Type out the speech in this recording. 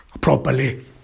properly